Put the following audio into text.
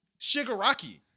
Shigaraki